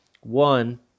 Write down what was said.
One